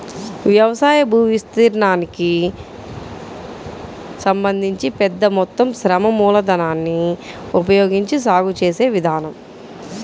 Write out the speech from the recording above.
వ్యవసాయ భూవిస్తీర్ణానికి సంబంధించి పెద్ద మొత్తం శ్రమ మూలధనాన్ని ఉపయోగించి సాగు చేసే విధానం